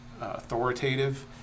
authoritative